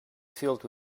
filled